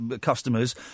customers